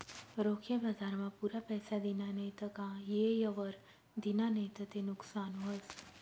रोखे बजारमा पुरा पैसा दिना नैत का येयवर दिना नैत ते नुकसान व्हस